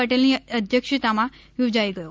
ટેલની અધ્યક્ષતામાં યોજાઇ ગયો